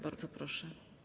Bardzo proszę.